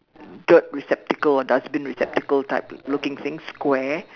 dirt receptacle or dustbin receptacle type looking thing square